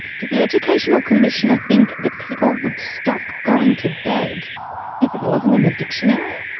did the educational commissioner think that people would stop going to bed if it wasn't in the dictionary?